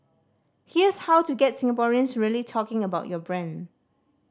here's how to get Singaporeans really talking about your brand